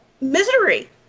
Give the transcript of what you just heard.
Misery